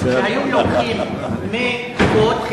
שהיו לוקחים מגופות,